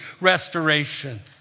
restoration